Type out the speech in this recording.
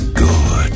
good